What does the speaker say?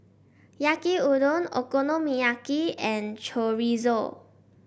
Yaki Udon Okonomiyaki and Chorizo